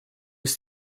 ist